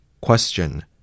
Question